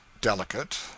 delicate